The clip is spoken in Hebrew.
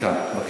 מכאן, בבקשה.